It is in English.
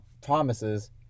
promises